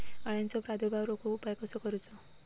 अळ्यांचो प्रादुर्भाव रोखुक उपाय कसो करूचो?